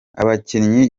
abakinnyi